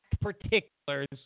particulars